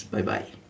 Bye-bye